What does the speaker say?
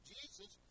Jesus